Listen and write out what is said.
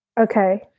Okay